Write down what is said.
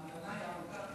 ההמתנה היא ארוכה.